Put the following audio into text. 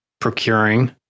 procuring